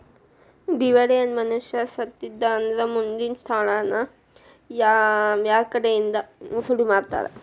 ದಿವಾಳಿ ಅದ್ ಮನಷಾ ಸತ್ತಿದ್ದಾ ಅಂದ್ರ ಮುಂದಿನ್ ಸಾಲಾನ ಯಾರ್ಕಡೆಇಂದಾ ವಸೂಲಿಮಾಡ್ತಾರ?